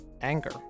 anger